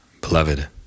Beloved